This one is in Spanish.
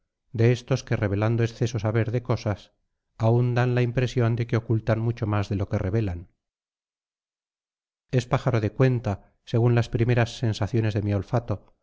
de estos que revelando extenso saber de cosas aún dan la impresión de que ocultan mucho más de lo que revelan es pájaro de cuenta según las primeras sensaciones de mi olfato